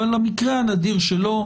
אבל במקרה הנדיר שלא,